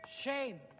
Shame